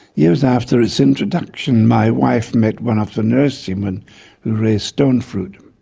years after its introduction, my wife met one of the nurserymen who raised stone fruit.